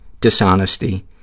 dishonesty